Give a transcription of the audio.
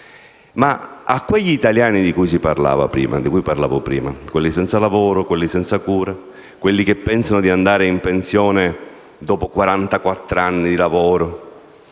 Ma a quegli italiani di cui parlavo prima, quelli senza lavoro, quelli senza cure, quelli che pensano di andare in pensione dopo quarantaquattro